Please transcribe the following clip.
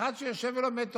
אחד שיושב ולומד,